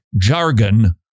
jargon